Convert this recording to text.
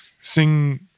sing